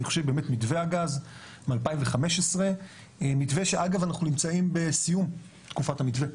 באמת מתווה הגז ב-2015 מתווה שאגב אנחנו נמצאים בסיום תקופת המתווה,